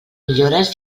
millores